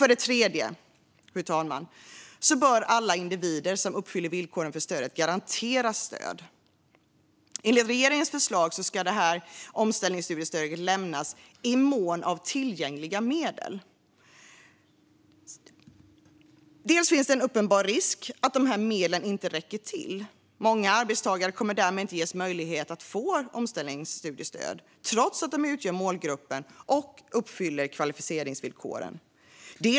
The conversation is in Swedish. För det tredje, fru talman, bör alla individer som uppfyller villkoren för stödet garanteras stöd. Enligt regeringens förslag ska omställningsstudiestödsbidraget lämnas i mån av tillgängliga medel. Det finns en uppenbar risk att medlen inte räcker till. Många arbetstagare kommer därmed inte att ges möjlighet att få omställningsstudiestöd, trots att de utgör målgruppen och uppfyller kvalificeringsvillkoren.